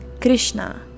Krishna